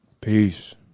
Peace